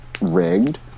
rigged